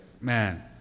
Man